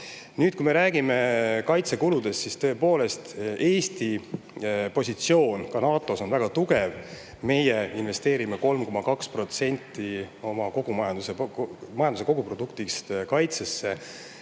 Nüüd, kui me räägime kaitsekuludest, siis tõepoolest, Eesti positsioon NATO-s on väga tugev. Meie investeerime 3,2% oma majanduse koguproduktist kaitsesse.